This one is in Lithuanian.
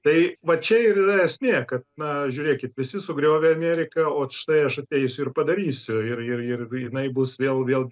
tai va čia ir yra esmė kad na žiūrėkit visi sugriovė ameriką o štai aš ateisiu ir padarysiu ir ir ir jinai bus vėl vėl